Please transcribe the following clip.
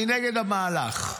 אני נגד המהלך.